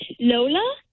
Lola